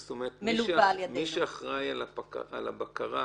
זאת אומרת שמי שאחראי על ההנחיה,